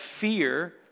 fear